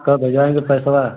कब भिजवाएगे पैसा